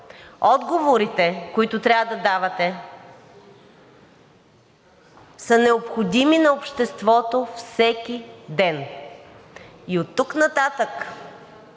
отговорите, които трябва да давате, са необходими на обществото всеки ден. И оттук нататък,